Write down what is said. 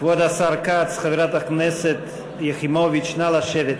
כבוד השר כץ, חברת הכנסת יחימוביץ, נא לשבת.